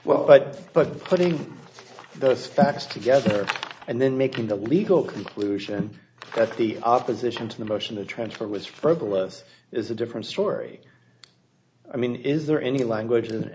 well but but putting those facts together and then making the legal conclusion that the opposition to the motion the transfer was for the less is a different story i mean is there any language and